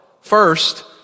First